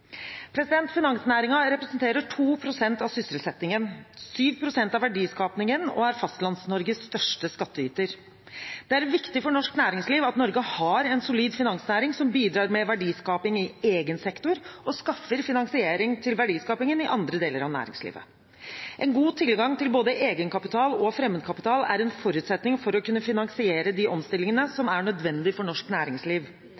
representerer 2 pst. av sysselsettingen, 7 pst. av verdiskapingen og er Fastlands-Norges største skattyter. Det er viktig for norsk næringsliv at Norge har en solid finansnæring som bidrar med verdiskaping i egen sektor, og som skaffer finansiering til verdiskaping i andre deler av næringslivet. En god tilgang til både egenkapital og fremmedkapital er en forutsetning for å kunne finansiere de omstillingene